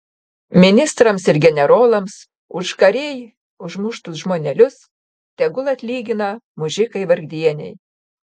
ministrams ir generolams už karėj užmuštus žmonelius tegul atlygina mužikai vargdieniai